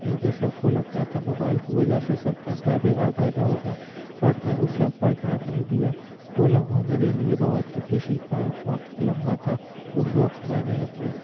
کیونکہ سب کو لگتا تھا موبائل کی وجہ سے سب کے اندر بگاڑ پیدا ہوگا بٹ میں اس سب پر دھیان نہیں دیا وہ لمحہ میرے لیے بہت ہی خوشی کا وا لمحہ تھا اس وقت میں نے اپنے